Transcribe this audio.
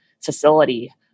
facility